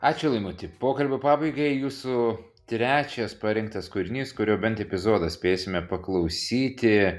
ačiū laimuti pokalbio pabaigai jūsų trečias parinktas kūrinys kurio bent epizodą spėsime paklausyti